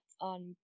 on